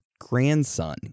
grandson